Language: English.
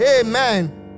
Amen